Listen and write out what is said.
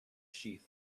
sheath